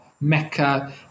Mecca